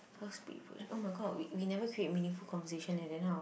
oh my god we we never create meaningful conversation eh then how